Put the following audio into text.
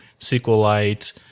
SQLite